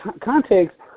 context